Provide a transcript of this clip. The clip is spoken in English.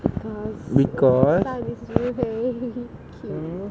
because sun is very cute